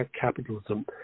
capitalism